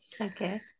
Okay